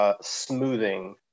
Smoothing